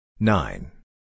Nine